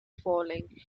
falling